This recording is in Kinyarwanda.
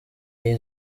iyihe